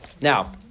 Now